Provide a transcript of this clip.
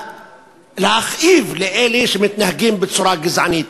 להכאיב לאלה שנוהגים בצורה גזענית,